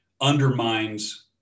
undermines